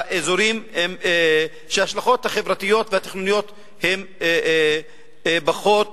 באזורים שההשלכות החברתיות והתכנוניות עליהם הן פחות